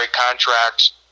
contracts